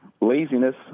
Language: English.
Laziness